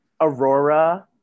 Aurora